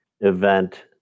event